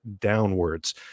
downwards